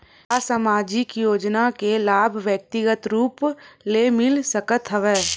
का सामाजिक योजना के लाभ व्यक्तिगत रूप ले मिल सकत हवय?